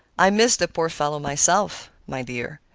i miss the poor fellow myself, my dear.